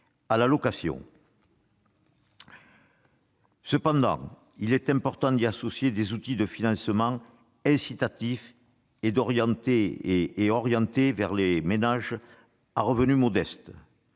Cependant, il est important d'associer à un tel plan des outils de financement incitatifs et orientés vers les ménages aux revenus modestes.